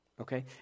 Okay